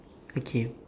okay